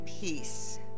peace